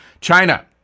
China